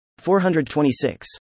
426